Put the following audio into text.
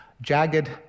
jagged